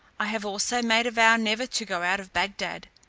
i have also made a vow never to go out of bagdad.